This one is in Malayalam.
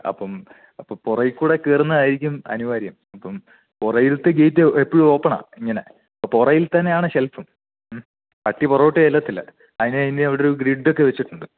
അപ്പം അപ്പോൾ പുറകിൽ കൂടെ കയറുന്നതായിരിക്കും അനിവാര്യം അപ്പം പുറകിലത്തെ ഗേയ്റ്റ് എപ്പോഴും ഓപ്പണാ ഇങ്ങനെ പുറകിൽ തന്നെയാണ് ഷെൽഫും പട്ടി പുറകോട്ട് ചെല്ലത്തില്ല അതിന് അതിനോടൊരു ഗ്രിഡൊക്കെ വെച്ചിട്ടുണ്ട്